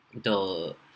the